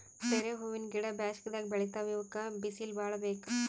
ಡೇರೆ ಹೂವಿನ ಗಿಡ ಬ್ಯಾಸಗಿದಾಗ್ ಬೆಳಿತಾವ್ ಇವಕ್ಕ್ ಬಿಸಿಲ್ ಭಾಳ್ ಬೇಕ್